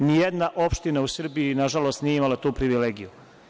Nijedna opština u Srbiji, na žalost nije imala tu privilegiju.